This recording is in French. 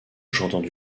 j’entends